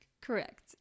Correct